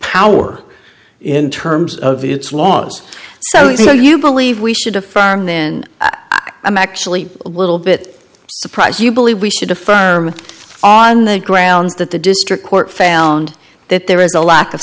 power in terms of its laws so you believe we should affirm then i'm actually a little bit surprised you believe we should affirm on the grounds that the district court found that there is a lack of